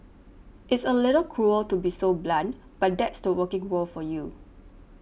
it's a little cruel to be so blunt but that's the working world for you